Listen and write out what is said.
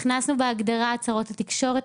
הכנסנו בהגדרה הצהרות לתקשורת,